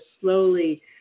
slowly